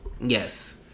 Yes